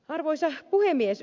arvoisa puhemies